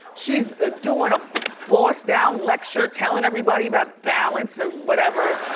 she's ah doing a boss down lecture, telling everybody about balance or whatever.